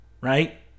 right